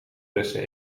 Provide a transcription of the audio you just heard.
bessen